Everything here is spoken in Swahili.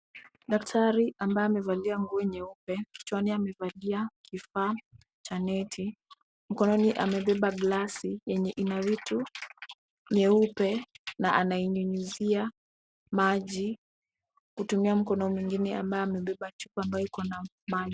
Daktari ambaye amevalia nguo nyeupe, kichwani amevalia kifaa cha neti, mkononi amebeba glasi yenye ina vitu nyeupe na anainyunyuzia maji kutumia mkono mwengine ambaye amebeba chupa ambayo iko na maji.